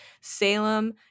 Salem